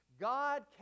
God